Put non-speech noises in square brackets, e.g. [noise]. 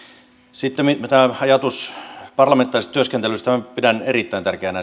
sitten ajatus parlamentaarisesta työskentelystä minä pidän erittäin tärkeänä [unintelligible]